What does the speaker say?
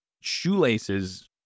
shoelaces